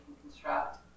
construct